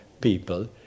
people